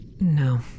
No